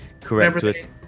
Correct